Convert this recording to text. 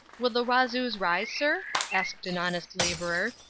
will the wazoos rise, sir? asked an honest labourer.